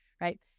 Right